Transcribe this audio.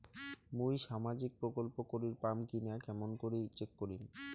মুই সামাজিক প্রকল্প করির পাম কিনা কেমন করি চেক করিম?